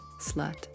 Slut